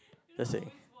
just saying